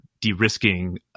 de-risking